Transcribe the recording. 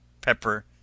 pepper